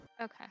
Okay